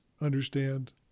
understand